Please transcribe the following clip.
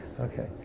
Okay